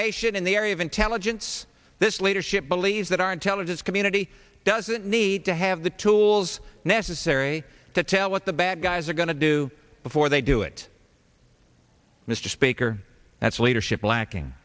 nation in the area of intelligence this leadership believes that our intelligence community doesn't need to have the tools necessary to tell what the bad guys are going to do before they do it mr speaker that's leadership lacking